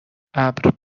ابر